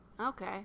Okay